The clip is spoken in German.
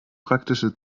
praktische